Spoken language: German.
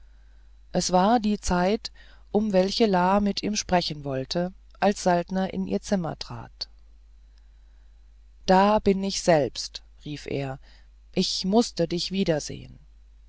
es war die zeit um welche la mit ihm sprechen wollte als saltner in ihr zimmer trat da bin ich selbst rief er ich mußte dich wiedersehen